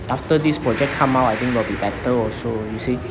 after this project come out I think will be better also you see